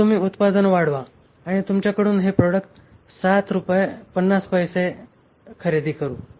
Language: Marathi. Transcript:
तर तुम्ही उत्पादन वाढवा आणि आम्ही तुमच्याकडून हे प्रोडक्ट 7 रूपये आणि 50 पैसे खरेदी करू